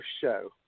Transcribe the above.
show